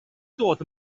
dod